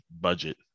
budget